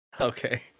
Okay